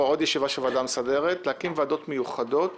להקים ועדות מיוחדות